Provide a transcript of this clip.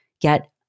get